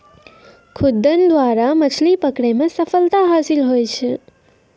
खुद्दन द्वारा मछली पकड़ै मे सफलता हासिल हुवै छै